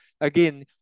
again